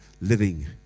living